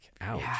ouch